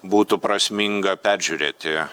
būtų prasminga peržiūrėti